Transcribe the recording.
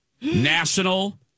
National